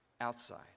outside